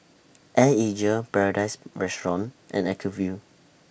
Air Asia Paradise Restaurant and Acuvue